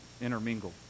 intermingle